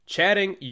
Chatting